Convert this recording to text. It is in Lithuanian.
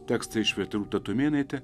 tekstą išvertė rūta tumėnaitė